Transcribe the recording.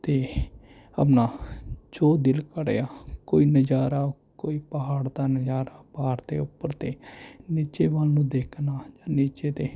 ਅਤੇ ਆਪਣਾ ਜੋ ਦਿਲ ਕਰਿਆ ਕੋਈ ਨਜ਼ਾਰਾ ਕੋਈ ਪਹਾੜ ਦਾ ਨਜ਼ਾਰਾ ਪਹਾੜ ਦੇ ਉੱਪਰ ਅਤੇ ਨੀਚੇ ਵੱਲ ਨੂੰ ਦੇਖਣਾ ਨੀਚੇ ਅਤੇ